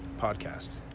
Podcast